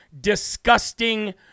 disgusting